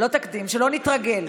לא תקדים, שלא נתרגל.